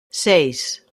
seis